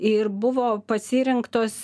ir buvo pasirinktos